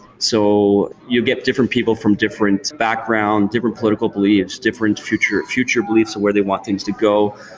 so you get different people from different background, different political beliefs, different future future beliefs of where they want things to go.